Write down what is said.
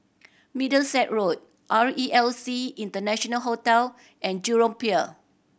Middlesex Road R E L C International Hotel and Jurong Pier